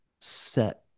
set